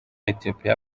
ethiopia